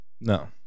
No